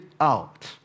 out